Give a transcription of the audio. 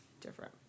different